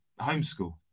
homeschool